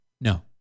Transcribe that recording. No